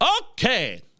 Okay